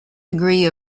degree